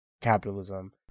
capitalism